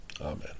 Amen